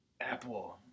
Apple